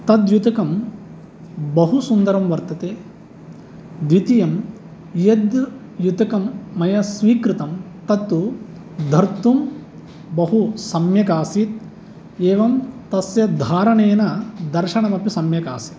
तद्युतकं बहुसुन्दरं वर्तते द्वितीयं यद् युतकं मया स्वीकृतं तत्तु धर्तुं बहुसम्यक् आसीत् एवं तस्य धारणेन दर्शनम् अपि सम्यक् आसीत्